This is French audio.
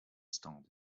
stand